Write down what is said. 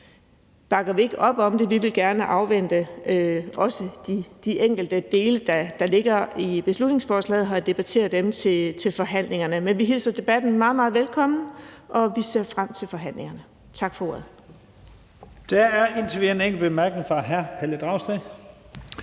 bakker vi ikke op om det, for vi vil gerne afvente også de enkelte dele, der ligger i beslutningsforslaget, og debattere dem under forhandlingerne, men vi hilser debatten meget, meget velkommen, og vi ser frem til forhandlingerne. Tak for ordet.